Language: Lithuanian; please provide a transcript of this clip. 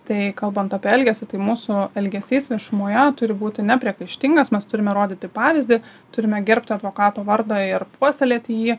tai kalbant apie elgesį tai mūsų elgesys viešumoje turi būti nepriekaištingas mes turime rodyti pavyzdį turime gerbti advokato vardą ir puoselėti jį